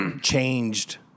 changed